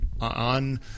On